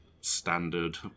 Standard